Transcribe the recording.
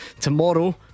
Tomorrow